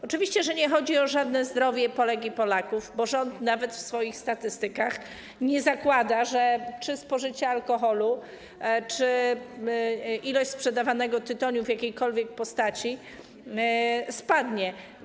Oczywiście, że nie chodzi o żadne zdrowie Polek i Polaków, bo rząd nawet w swoich statystykach nie zakłada, że spożycie alkoholu czy ilość sprzedawanego tytoniu w jakiejkolwiek postaci spadną.